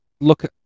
Look